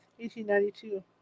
1892